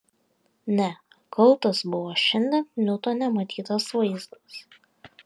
ne kaltas buvo šiandien niutone matytas vaizdas